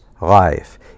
life